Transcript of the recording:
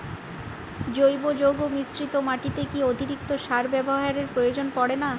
জৈব যৌগ মিশ্রিত মাটিতে কি অতিরিক্ত সার ব্যবহারের প্রয়োজন পড়ে না?